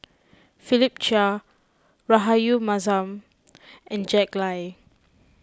Philip Chia Rahayu Mahzam and Jack Lai